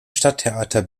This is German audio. stadttheater